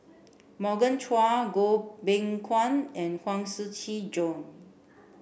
Morgan Chua Goh Beng Kwan and Huang Shiqi Joan